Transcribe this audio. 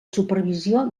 supervisió